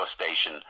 station